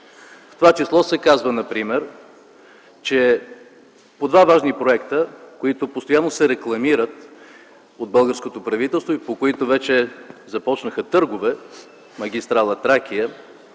В това число се казва например, че по два важни проекта, които постоянно се рекламират от българското правителство и по които вече започнаха търгове – магистрала „Тракия”